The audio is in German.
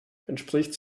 entspricht